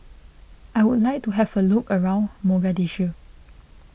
I would like to have a look around Mogadishu